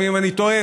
אם אני לא טועה,